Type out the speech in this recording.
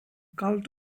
cult